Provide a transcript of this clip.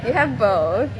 you have both